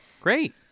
Great